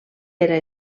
era